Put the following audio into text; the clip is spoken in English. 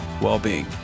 well-being